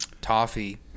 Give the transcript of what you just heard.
toffee